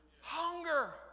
Hunger